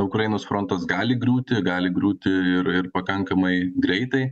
ukrainos frontas gali griūti gali griūti ir ir pakankamai greitai